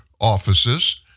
offices